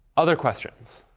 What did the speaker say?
other questions?